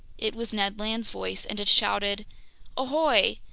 it was ned land's voice, and it shouted ahoy!